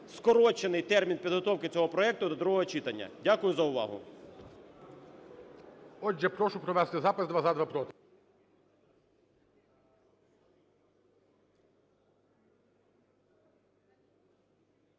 скорочений термін підготовки цього проекту до другого читання. Дякую за увагу.